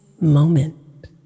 moment